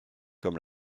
comme